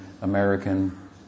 American